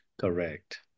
correct